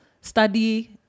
study